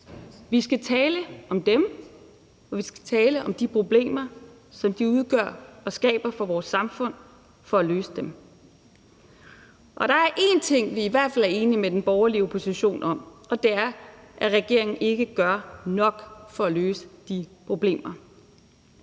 Vi skal tale om dem, og vi skal tale om de problemer, som de udgør og skaber for vores samfund, for at løse dem. Og der er én ting, vi i hvert fald er enige med den borgerlige opposition om, og det er, at regeringen ikke gør nok for at løse de problemer.